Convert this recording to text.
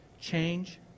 Change